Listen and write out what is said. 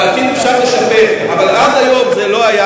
בעתיד אפשר לשפר, אבל עד היום זה לא היה